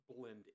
blend